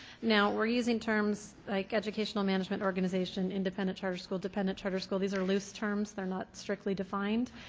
now we're using terms like educational management organization, independent charter school, dependent charter school. these are loose terms. they're not strictly defined,